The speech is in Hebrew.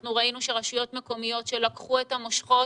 אנחנו ראינו שרשויות מקומיות שלקחו את המושכות